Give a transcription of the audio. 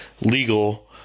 legal